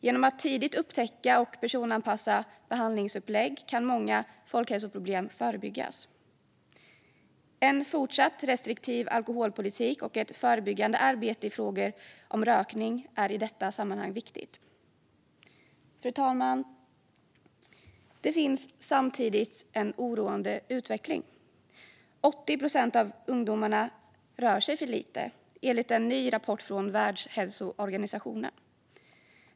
Genom att tidigt upptäcka och personanpassa behandlingsupplägg kan många folkhälsoproblem förebyggas. En fortsatt restriktiv alkoholpolitik och ett förebyggande arbete när det gäller rökning är i detta sammanhang viktigt. Fru talman! Det finns samtidigt en oroande utveckling: Enligt en ny rapport från Världshälsoorganisationen rör sig 80 procent av ungdomarna för lite.